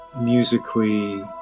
musically